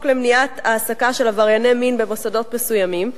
למניעת העסקה של עברייני מין במוסדות מסוימים.